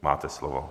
Máte slovo.